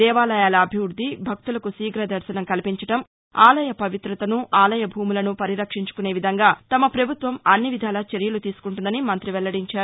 దేవాలయాల అభివృద్ది భక్తులకు శీఘదర్శనం కల్పించడం ఆలయ పవితతను ఆలయ భూములను పరిరక్షించుకునే విధంగా తమ పభుత్వం అన్ని విధాలా చర్యలు తీసుకుంటోందని మంత్రి వెల్లడించారు